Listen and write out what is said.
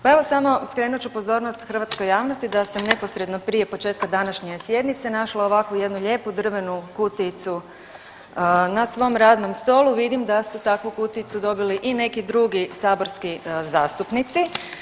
Pa evo samo skrenut ću pozornost hrvatskoj javnosti da sam neposredno prije početka današnje sjednice našla ovakvu jednu lijepu drvenu kutijicu na svom radnom stolu, vidim da su takvu kutijicu dobili i neki drugi saborski zastupnici.